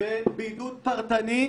ובידוד פרטני,